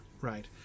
right